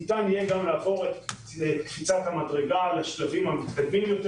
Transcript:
ניתן יהיה לעשות את קפיצת המדרגה לשלבים המתקדמים יותר